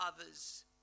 others